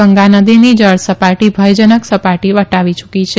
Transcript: ગંગાનદીની જળસપાટી ભયજનક સપાટી વટાવી યૂકી છે